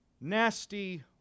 Nasty